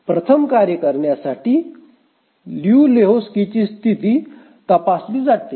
प्रथम कार्य करण्यासाठी लियू लेहोक्स्कीची स्थिती तपासली जाते